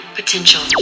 potential